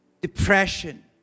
depression